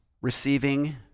receiving